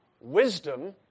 wisdom